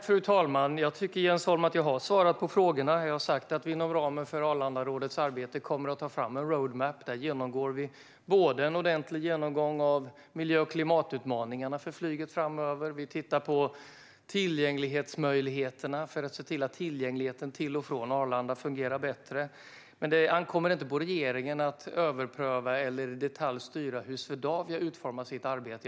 Fru talman! Jag tycker att jag har svarat på frågorna, Jens Holm. Jag har sagt att vi inom ramen för Arlandarådets arbete kommer att ta fram en road map. Där gör vi en ordentlig genomgång av miljö och klimatutmaningarna för flyget framöver, och vi tittar på tillgängligheten, för att se till att tillgängligheten till och från Arlanda fungerar bättre. Men det ankommer inte på regeringen att överpröva eller i detalj styra hur Swedavia utformar sitt arbete.